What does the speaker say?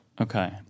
Okay